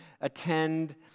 attend